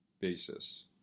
basis